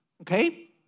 Okay